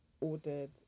ordered